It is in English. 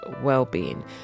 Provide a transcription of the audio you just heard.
well-being